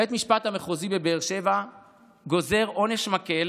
בית המשפט המחוזי בבאר שבע גזר עונש מקל